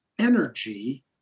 energy